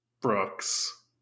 Brooks